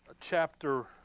chapter